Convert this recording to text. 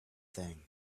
thing